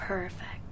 Perfect